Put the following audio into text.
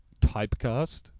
typecast